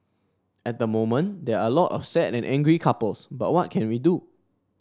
at the moment there are a lot of sad and angry couples but what can we do